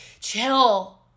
chill